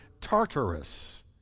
Tartarus